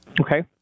Okay